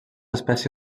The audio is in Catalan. espècie